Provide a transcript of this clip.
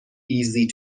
easy